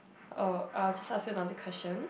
uh I'll just ask you another question